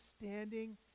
standing